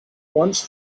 once